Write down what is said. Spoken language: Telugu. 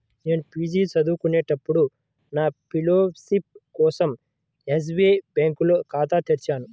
నేను పీజీ చదువుకునేటప్పుడు నా ఫెలోషిప్ కోసం ఎస్బీఐ బ్యేంకులో ఖాతా తెరిచాను